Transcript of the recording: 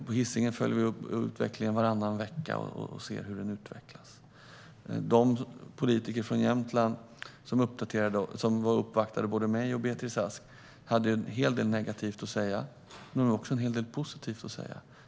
På Hisingen följer vi utvecklingen varannan vecka och ser hur den är. De politiker från Jämtland som uppvaktade både mig och Beatrice Ask hade en hel del negativt att säga men också en hel del positivt.